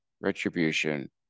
retribution